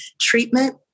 treatment